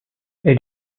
elle